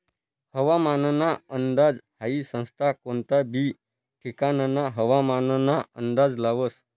हवामानना अंदाज हाई संस्था कोनता बी ठिकानना हवामानना अंदाज लावस